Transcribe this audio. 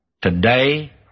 Today